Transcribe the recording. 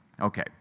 Okay